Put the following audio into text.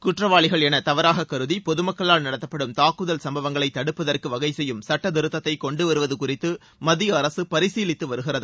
குற்றவாளிகள் என தவறாக கருதி பொது மக்களால் நடத்தப்படும் தாக்குதல் சம்பவங்களை தடுப்பதற்கு வகைசெய்யும் சட்டத்திருத்ததை கொண்டுவருவது குறித்து மத்திய அரசு பரிசீலித்து வருகிறது